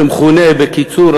שמכונה בקיצור,